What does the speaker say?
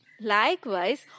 Likewise